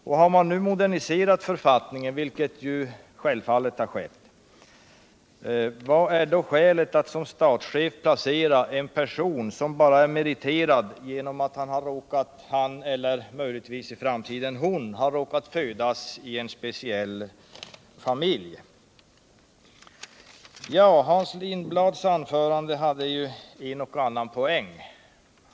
Och har nu författningen moderniserats, vilket självfallet skett, vad är då skälet till att som statschef placera en person som är meriterad bara genom att han, eller möjligtvis i framtiden hon, har råkat födas i en speciell familj? Hans Lindblads anförande hade en och annan poäng.